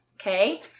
okay